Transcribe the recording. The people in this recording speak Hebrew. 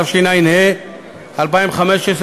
התשע"ה 2015,